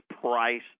price